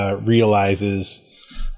Realizes